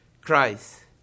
Christ